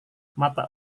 mata